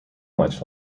much